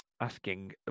asking